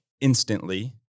instantly